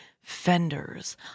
fenders